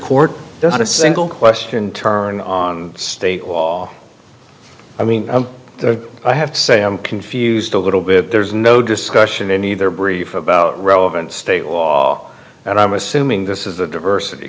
court not a single question turn on state all i mean i have to say i'm confused a little bit there's no discussion in either brief about relevant state law that i'm assuming this is the diversity